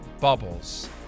bubbles